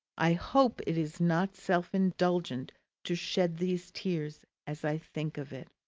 i hope it is not self-indulgent to shed these tears as i think of it.